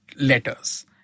letters